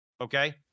okay